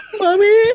Mommy